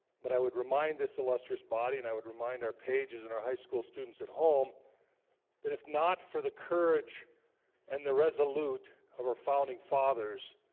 but i would remind this illustrious body, and i would remind our pages and our high school students at home that if not for the courage and the resolute of our founding fathers